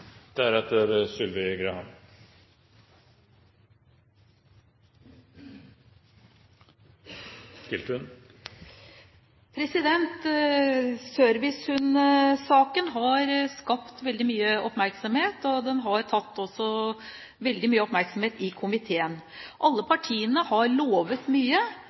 har skapt veldig mye oppmerksomhet, og den har også tatt veldig mye oppmerksomhet i komiteen. Alle partiene har lovet mye,